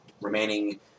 remaining